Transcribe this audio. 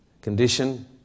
condition